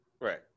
Right